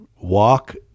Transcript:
walk